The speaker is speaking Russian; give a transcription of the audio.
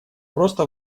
просто